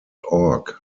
org